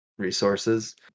resources